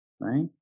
right